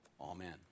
Amen